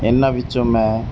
ਇਹਨਾਂ ਵਿੱਚੋਂ ਮੈਂ